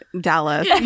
Dallas